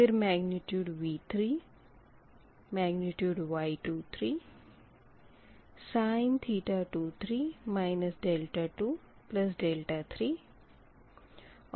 फिर V3 फिर Y33 फिर sin23 23 होगा